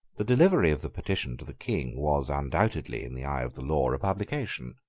the delivery of the petition to the king was undoubtedly, in the eye of the law, a publication.